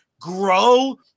grow